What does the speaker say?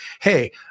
hey